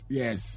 yes